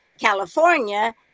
California